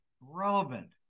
relevant